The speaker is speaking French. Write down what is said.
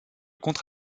contre